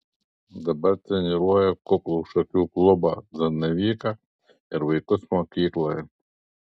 dabar treniruoja kuklų šakių klubą zanavyką ir vaikus mokykloje